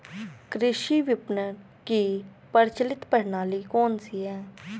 कृषि विपणन की प्रचलित प्रणाली कौन सी है?